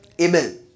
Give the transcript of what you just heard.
amen